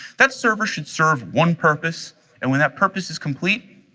that's server should serve one purpose and when that purpose is complete,